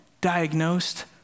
diagnosed